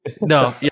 No